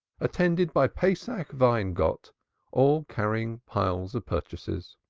attended by pesach weingott, all carrying piles of purchases.